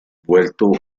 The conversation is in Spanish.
vuelto